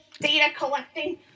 data-collecting